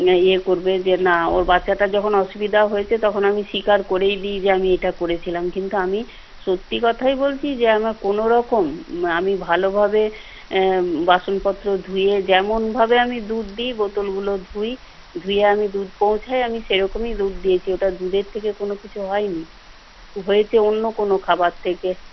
ইয়ে ইয়ে করবে যে না ওর বাচ্চাটার যখন অসুবিধা হয়েছে তখন আমি স্বীকার করেই দিই যে আমি এটা করেছিলাম কিন্তু আমি সত্যি কথাই বলছি যে আমার কোনওরকম আমি ভালোভাবে বাসনপত্র ধুয়ে যেমনভাবে আমি দুধ দিই বোতলগুলো ধুই ধুয়ে আমি দুধ পৌঁছাই আমি সেরকমই দুধ দিয়েছি ওটা দুধের থেকে কোনও কিছু হয়নি হয়েছে অন্য কোনও খাবার থেকে